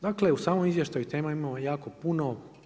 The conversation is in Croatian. Dakle, u samom izvještaju tema imamo jako puno.